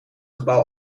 gebouw